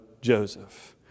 Joseph